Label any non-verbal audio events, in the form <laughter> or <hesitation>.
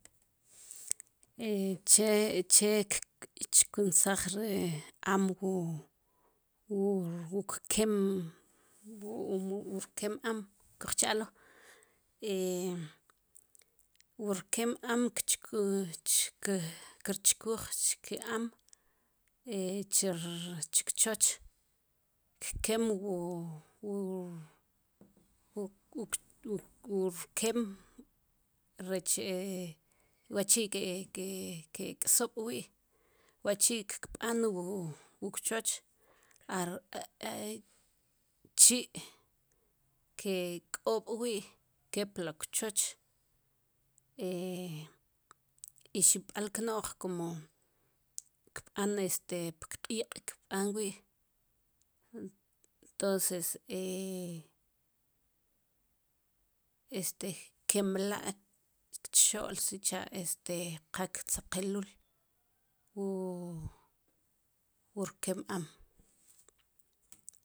<hesitation> che che chkunsaj ri am wu wu rkkem <hesitation> wu wu rkem am kuj cha'lo wu <hesitation> wu rkem am ke kech <hesitation> chkuj chke am <hesitation> chke ch rchoch kkem wu wu <hesitation> wu rkem rech <hesitation> wa'chi' ke'k'sob'wi' wa'chi'kb'an wu kchoch ar <hesitation> chi' ke'k'ob'wi' kepli kchoch <hesitation> i xib'al kno'j kumo kb'an este pkq'iq' kb'an wi' entonces <hesitation> kemla' txo'l sicha'este qa ktzaqelul wu rkem am.